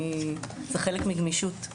זה חלק מגמישות.